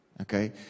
Okay